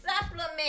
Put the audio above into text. supplements